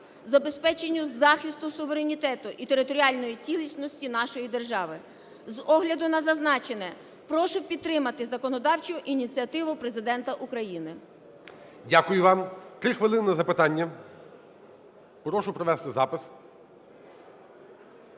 забезпеченню захисту суверенітету і територіальної цілісності нашої держави. З огляду на зазначене, прошу підтримати законодавчу ініціативу Президента України. ГОЛОВУЮЧИЙ. Дякую вам. Три хвилини на запитання, прошу провести запис.